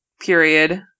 period